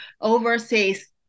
overseas